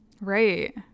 Right